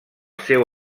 seu